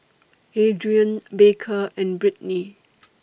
Adriene Baker and Brittni